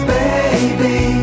baby